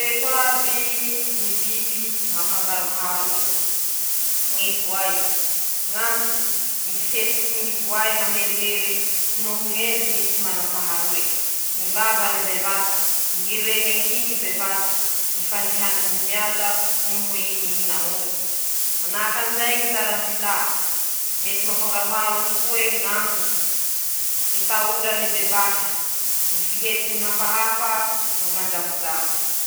<...>Reto aby ñy toetsy tsy manam-paharoe anañany ñy elefan: -Ñy tihy na ñy taly, ñy tihy na ñy taly fitaova fampasany ñy elefan eo ilany hany, -Manahaky anizay koa ñy filany rano no famakafaka anañany, ampiasa ñy taly ilany rano, hinomine ro hilany rano handroany. Ñy elefan mana vavony bevata.